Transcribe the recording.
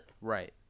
Right